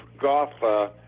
Goff